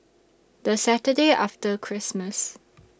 The Saturday after Christmas